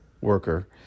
worker